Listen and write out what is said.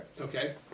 Okay